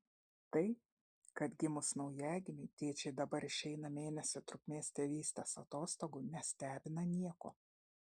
tai kad gimus naujagimiui tėčiai dabar išeina mėnesio trukmės tėvystės atostogų nestebina nieko